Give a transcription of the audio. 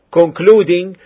concluding